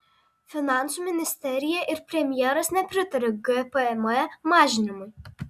finansų ministerija ir premjeras nepritaria gpm mažinimui